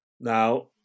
Now